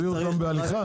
אפשר להביא גם עוף טרי,